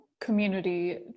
community